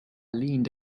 leaned